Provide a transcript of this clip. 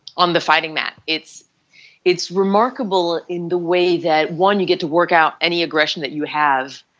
on the fighting map. it's it's remarkable in the way that one you get to work out any aggression that you have